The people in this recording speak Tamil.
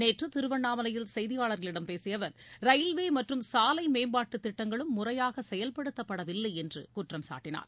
நேற்று திருவண்ணாமலையில் செய்தியாளர்களிடம் பேசிய அவர் ரயில்வே மற்றும் சாலை மேம்பாட்டுத் திட்டங்களும் முறையாக செயல்படுத்தப்படவில்லை என்று குற்றம் சாட்டினார்